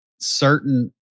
certain